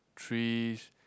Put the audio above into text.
trees